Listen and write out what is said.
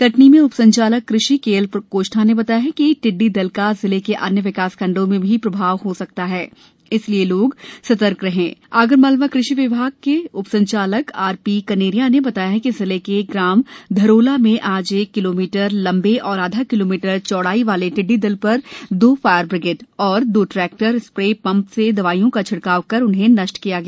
कटनी में उप संचालक कृषि के एल कोष्ठा ने बताया कि टिड्डी दल का जिले के अन्य विकास खंडों में भी प्रभाव हो सकता है इसलिए सभी लोग सतर्कता बरतें आगरमालवा कृषि विभाग के उपसंचालक आरपीकनेरिया ने बताया कि जिले के ग्राम धरोला में आज एक किलोमीटर लम्बे व आधा किलोमीटर चैडाई वाले टिड्डी दल पर दो फायर ब्रिगेड तथा दो टैक्टर स्प्रेपम्प से दवाईयों का छिड़काव कर उन्हें नष्ट किया गया